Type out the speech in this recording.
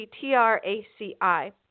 T-R-A-C-I